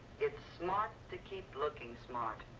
it's smart to keep looking smart.